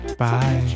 Bye